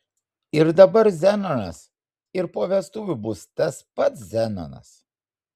ir dabar zenonas ir po vestuvių bus tas pats zenonas